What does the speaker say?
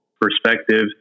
perspective